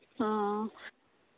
ᱚᱻ